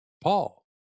Paul